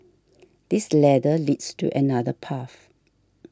this ladder leads to another path